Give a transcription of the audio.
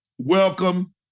Welcome